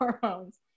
hormones